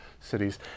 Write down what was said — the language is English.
cities